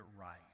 right